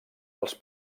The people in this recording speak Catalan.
als